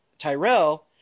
Tyrell